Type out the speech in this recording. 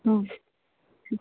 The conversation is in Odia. ହଁ